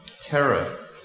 terror